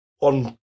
on